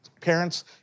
parents